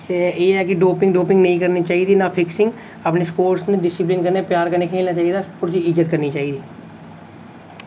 ते एह् ऐ कि डोपिंग डोपिंग नेईं करनी चाहिदी ना फिक्सिंग करियै अपने सोपर्ट्स ने डिसिप्लिन कन्नै प्यार कन्नै खेढना चाहिदा स्पोर्ट्स दी इज्जत करनी चाहिदी